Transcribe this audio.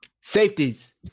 safeties